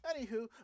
anywho